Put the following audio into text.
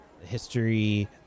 history